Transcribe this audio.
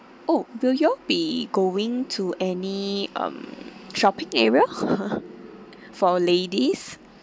oh will you all be going to any um shopping area for ladies